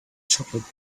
chocolate